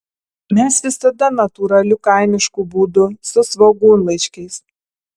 mes visada natūraliu kaimišku būdu su svogūnlaiškiais